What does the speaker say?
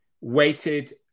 weighted